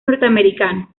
norteamericanos